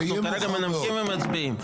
אנחנו כרגע מנמקים ומצביעים.